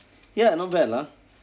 ya not bad lah